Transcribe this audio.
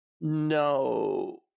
No